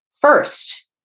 first